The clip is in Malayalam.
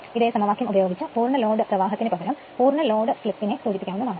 ഇതെ സമവാക്യം ഉപയോഗിച്ച് മുഴുവൻ ലോഡ് പ്രവാഹത്തിന് പകരം മുഴുവൻ ലോഡ് സ്ലിപ്പിനെ സൂചിപ്പിക്കാവുന്നതാണ്